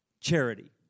charity